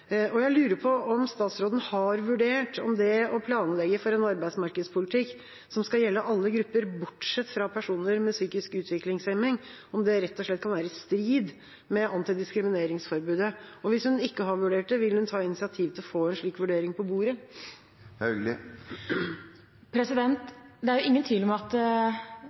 Jeg lurer på om statsråden har vurdert om det å planlegge for en arbeidsmarkedspolitikk som skal gjelde for alle grupper, bortsett fra personer med psykisk utviklingshemming, rett og slett kan være i strid med antidiskrimineringsforbudet. Hvis hun ikke har vurdert det, vil hun ta initiativ til å få en slik vurdering på bordet? Det er ingen tvil om